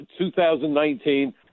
2019